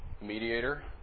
Mediator